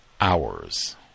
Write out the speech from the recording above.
hours